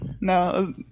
No